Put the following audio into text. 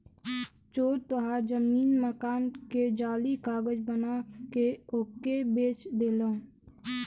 चोर तोहार जमीन मकान के जाली कागज बना के ओके बेच देलन